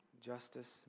justice